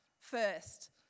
first